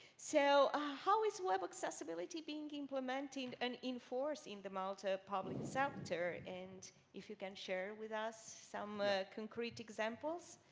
so ah how is web accessibility being implemented and enforced in the malta public sector. and if you can share with us some ah concrete examples.